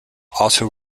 also